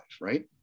right